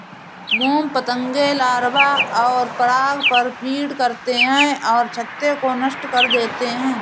मोम पतंगे लार्वा और पराग पर फ़ीड करते हैं और छत्ते को नष्ट कर देते हैं